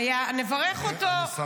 נברך אותו -- אני שמח.